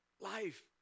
life